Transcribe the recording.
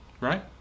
Right